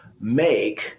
make